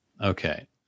Okay